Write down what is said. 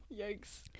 yikes